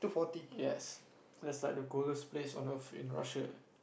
yes that's like the coldest place on earth in Russia